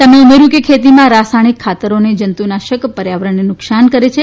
તેમણે ઉમેર્યુ હતું કે ખેતીમાં રાસાયણીક ખાતરો અને જંતુનાશકો પર્યાવરણને નુકસાન કરે છે